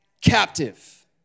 captive